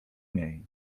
niej